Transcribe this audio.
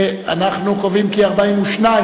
להצביע.